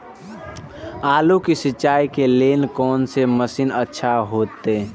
आलू के सिंचाई के लेल कोन से मशीन अच्छा होते?